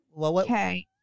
Okay